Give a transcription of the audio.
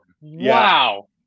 Wow